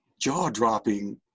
jaw-dropping